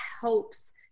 helps